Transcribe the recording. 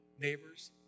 neighbors